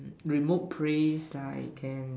remote place like can